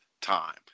time